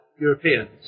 Europeans